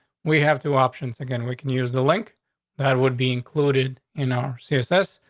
we have two options. again, we can use the link that would be included in our success.